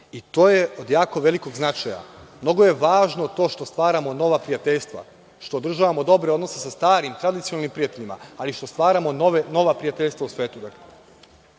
i to je od jako velikog značaja. Mnogo je važno to što stvaramo nova prijateljstva, što održavamo dobre odnose sa starim, tradicionalnim prijateljima, ali i što stvaramo nova prijateljstva u svetu.